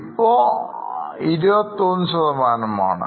ഇപ്പൊ 21 മാണ്